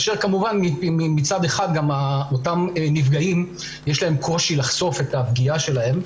כאשר כמובן מצד אחד אותם הנפגעים יש להם קושי לחשוף את הפגיעה שלהם,